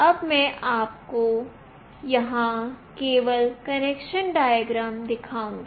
अब मैं आपको यहाँ केवल कनेक्शन डायग्राम दिखाऊंगी